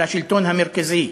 של השלטון המרכזי.